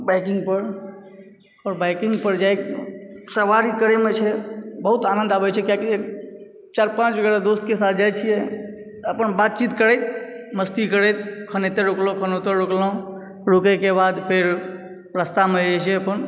बाइकिंगपर बाइकिंगपर जे सवारी करैमे छै बहुत आनन्द आबै छै कियाकि चारि पाँच बेरा दोस्तके साथ जाइ छियै अपन बातचीत करैत मस्ती करैत खन एतय रोकलहुँ खन ओतय रोकलहुँ रोकैके बाद फेर रास्तामे जे छै अपन